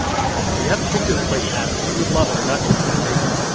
yeah, i know. you have to picture this place, adam. you would love it, and not just for the bacon.